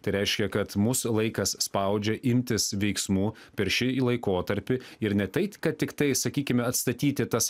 tai reiškia kad mus laikas spaudžia imtis veiksmų per šį laikotarpį ir ne tai kad tiktai sakykime atstatyti tas